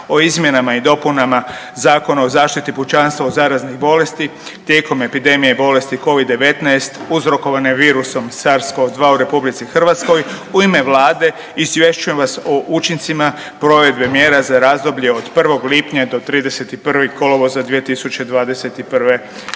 o izmjenama i dopunama Zakona o zaštiti pučanstva od zaraznih bolesti tijekom epidemije Covid-19 uzrokovane virusom Sars-CoV-2 u RH u ime Vlade izvješćujem vas o učincima provedbe mjera za razdoblje od 1. lipnja do 31. kolovoza 2021. g.